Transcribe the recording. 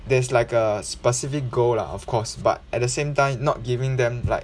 there's like a specific goal lah of course but at the same time not giving them like